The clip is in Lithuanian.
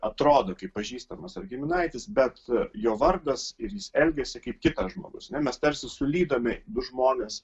atrodo kaip pažįstamas ar giminaitis bet jo vardas ir jis elgiasi kaip kitas žmogus ne mes tarsi sulydomi du žmones